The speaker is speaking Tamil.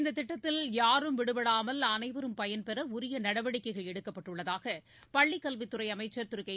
இந்த திட்டத்தில் யாரும் விடுபடாமல் அனைவரும் பயன்பெற உரிய நடவடிக்கைகள் எடுக்கப்பட்டுள்ளதாக பள்ளிக் கல்வித் துறை அமைச்சர் திரு கே